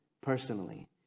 personally